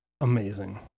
amazing